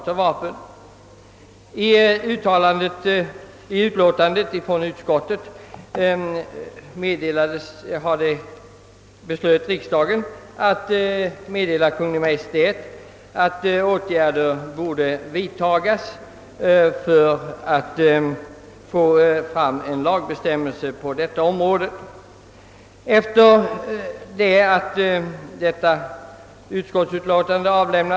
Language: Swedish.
Riksdagen beslöt på grundval av ett utlåtande från andra lagutskottet att hemställa hos Kungl. Maj:t att åtgärder måtte vidtagas för att få fram en lagbestämmelse på detta område för att förhindra att minderåriga får tillgång till luftvapen.